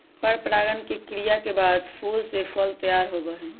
परागण के क्रिया के बाद फूल से फल तैयार होबा हई